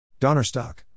Donnerstock